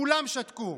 כולם שתקו.